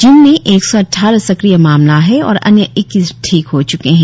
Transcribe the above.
जिसमें एक सौ अद्वारह सक्रिय मामला है और अन्य इक्कीस ठिक हो च्के है